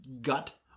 gut